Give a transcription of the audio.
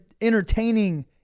entertaining